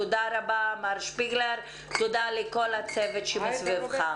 תודה רבה מר שפיגלר, תודה לכל הצוות שמסביבך.